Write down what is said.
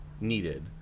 Needed